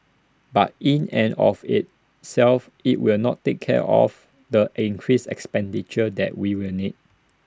but in and of itself IT will not take care of the increased expenditure that we will need